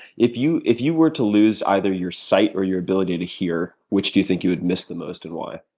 if you if you were to lose either your sight or your ability to hear, which do you think you would miss the most and why?